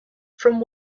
from